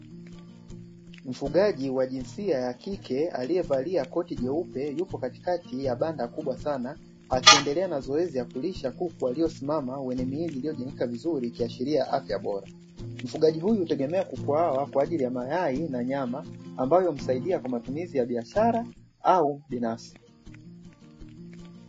Mfugaji wa jinsia ya kike aliyevalia koti jeupe yupo katikati ya banda kubwa sana akiendelea na zoezi ya kulisha kuku waliosimama wenye miili iliyojengeka vizuri ikiashiria afya bora. Mfugaji huyu hutegemea kuku hawa kwa ajili ya mayai na nyama, ambayo husaidia kwa matumizi ya biashara au binafsi.